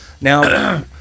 Now